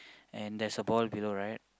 and there's a ball below right